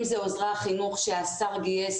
אם אלה עוזרי החינוך כאשר השר גייס